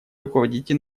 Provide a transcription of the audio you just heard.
руководите